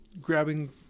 grabbing